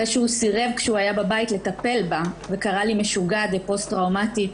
אחרי שהוא סירב כשהוא היה בבית לטפל בה וקרא לי משוגעת ופוסט טראומטית